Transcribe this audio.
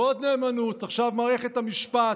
ועוד נאמנות, עכשיו מערכת המשפט.